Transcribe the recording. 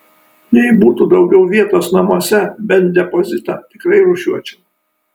jei būtų daugiau vietos namuose bent depozitą tikrai rūšiuočiau